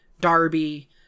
Darby